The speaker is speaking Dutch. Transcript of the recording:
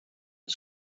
het